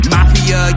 Mafia